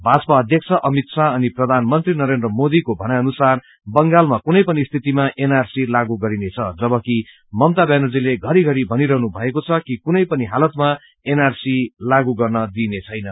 भाजपा अध्यक्ष अमित शाह अनि प्रधानमंत्री नरेन्द्र मोदीको भनाई अनुसार बंगालमा कुनै पनि स्थितिमा एनआरसी लागू गरिनेछ जबकि ममता व्यानर्जीले घरिघरि भनिरहनु भएको छ कि कुनै पनि हलतमा एनआरसी लागू गर्न दिइने छैन